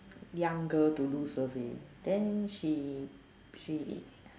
young girl to do survey then she she